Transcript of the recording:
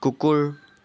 কুকুৰ